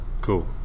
Cool